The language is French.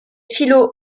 fellow